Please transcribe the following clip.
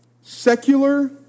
secular